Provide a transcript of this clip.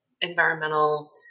environmental